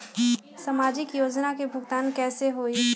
समाजिक योजना के भुगतान कैसे होई?